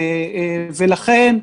לכן,